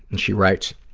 and she writes,